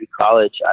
college